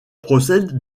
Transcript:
procède